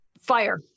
fire